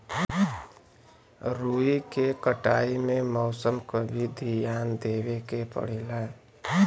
रुई के कटाई में मौसम क भी धियान देवे के पड़ेला